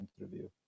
interview